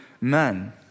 men